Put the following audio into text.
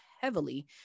heavily